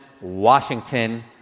Washington